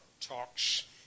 talks